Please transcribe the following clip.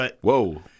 Whoa